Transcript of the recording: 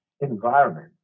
environment